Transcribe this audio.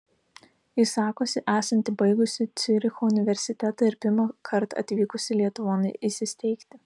ji sakosi esanti baigusi ciuricho universitetą ir pirmąkart atvykusi lietuvon įsisteigti